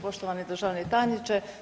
Poštovani državni tajniče.